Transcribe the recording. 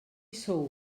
sou